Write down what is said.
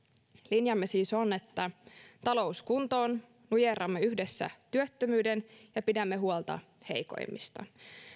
linjamme siis on että talous kuntoon nujerramme yhdessä työttömyyden ja pidämme huolta heikoimmista